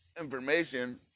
information